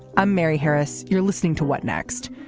um mary harris. you're listening to what next.